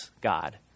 God